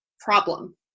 problem